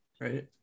right